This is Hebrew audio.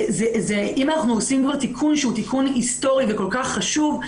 אם אנחנו עושים כבר תיקון שהוא תיקון היסטורי וכל כך חשוב,